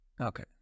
Okay